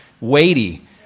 weighty